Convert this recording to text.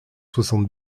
soixante